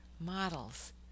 models